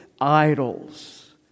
idols